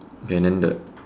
okay then the